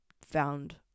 found